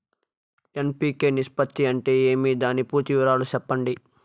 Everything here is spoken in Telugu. ఎన్.పి.కె నిష్పత్తి అంటే ఏమి దాని పూర్తి వివరాలు సెప్పండి?